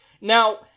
Now